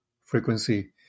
frequency